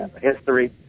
history